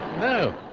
No